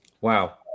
Wow